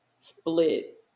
split